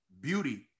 Beauty